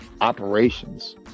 operations